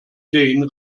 jane